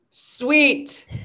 Sweet